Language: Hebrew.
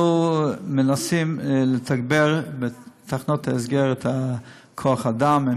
אנחנו מנסים לתגבר בתחנות ההסגר את כוח-האדם.